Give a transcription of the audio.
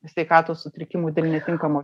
sveikatos sutrikimų dėl netinkamo